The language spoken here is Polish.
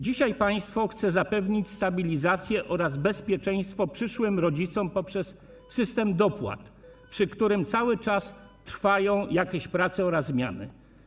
Dzisiaj państwo chce zapewnić stabilizację oraz bezpieczeństwo przyszłym rodzicom poprzez system dopłat, nad którym cały czas trwają jakieś prace, są tam wprowadzane zmiany.